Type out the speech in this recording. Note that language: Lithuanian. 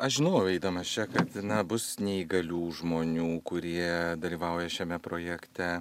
aš žinojau eidamas čia kad na bus neįgalių žmonių kurie dalyvauja šiame projekte